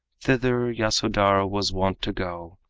thither yasodhara was wont to go,